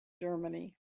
germany